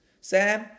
Sam